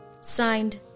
Signed